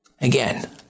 Again